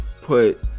put